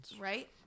right